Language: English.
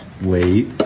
wait